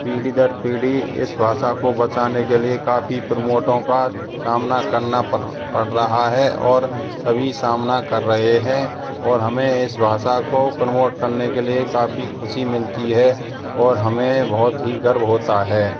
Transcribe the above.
पीढ़ी दर पीढ़ी इस भाषा को बचाने के लिए काफ़ी प्रोमोटों का सामना करना पड़ रहा है और सभी सामना कर रहे हैं और हमें इस भाषा को प्रमोट करने के लिए काफ़ी खुशी मिलती है और हमें बहुत ही गर्व होता है